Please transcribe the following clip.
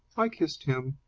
i kissed him.